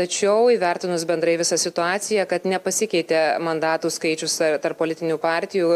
tačiau įvertinus bendrai visą situaciją kad nepasikeitė mandatų skaičius tarp politinių partijų